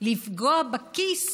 לפגוע בכיס,